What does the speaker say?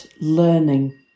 learning